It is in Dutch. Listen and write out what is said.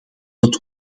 het